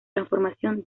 transformación